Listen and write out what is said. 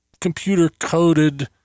computer-coded